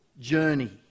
journey